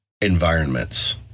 environments